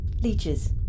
Leeches